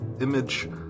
image